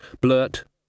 Blurt